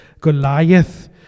Goliath